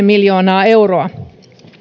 miljoonaa euroa